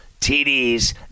TDs